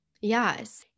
Yes